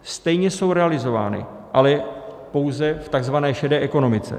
Stejně jsou realizovány, ale pouze v tzv. šedé ekonomice.